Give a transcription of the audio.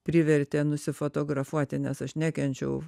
privertė nusifotografuoti nes aš nekenčiau